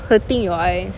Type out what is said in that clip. hurting your eyes